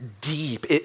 deep